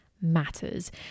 matters